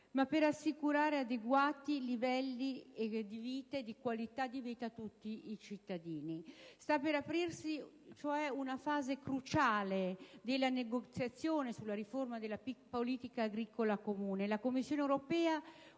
per assicurare adeguati livelli nella qualità della vita di tutti i cittadini. Sta per aprirsi la fase cruciale della negoziazione sulla riforma della politica agricola comune (PAC). La Commissione europea